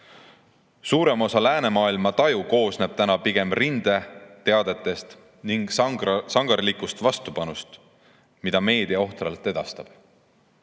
Suurema osa läänemaailma taju koosneb täna pigem rindeteadetest ning sangarlikust vastupanust, mida meedia ohtralt edastab.